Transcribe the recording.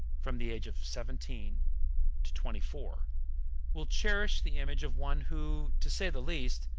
from the age of seventeen to twenty-four, will cherish the image of one, who, to say the least,